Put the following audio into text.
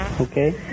Okay